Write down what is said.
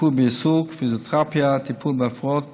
ריפוי בעיסוק, פיזיותרפיה, טיפול בהפרעות תקשורת,